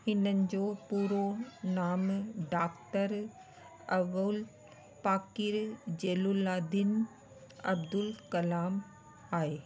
हिननि जो पूरो नाम डाक्टर अबुल पाकीर जेलुल्लादीन अब्दुल कलाम आहे